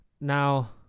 Now